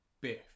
Biff